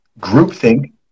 groupthink